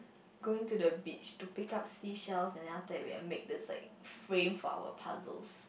going to the beach to pick up sea shells and then after we will make this like frame for our puzzles